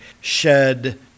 shed